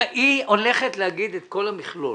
היא הולכת לומר את כל המכלול.